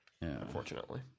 Unfortunately